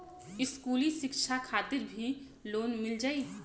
इस्कुली शिक्षा खातिर भी लोन मिल जाई?